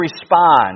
respond